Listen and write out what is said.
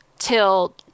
till